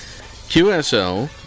QSL